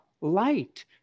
light